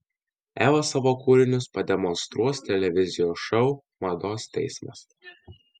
eva savo kūrinius pademonstruos televizijos šou mados teismas